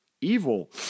evil